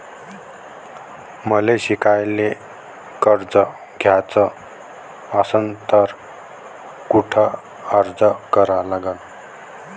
मले शिकायले कर्ज घ्याच असन तर कुठ अर्ज करा लागन?